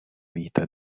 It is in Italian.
vita